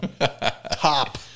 hop